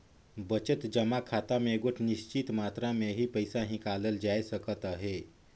बचत जमा खाता में एगोट निच्चित मातरा में ही पइसा हिंकालल जाए सकत अहे